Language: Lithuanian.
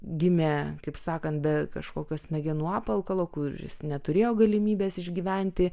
gimė kaip sakant be kažkokio smegenų apvalkalo kuris neturėjo galimybės išgyventi